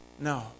No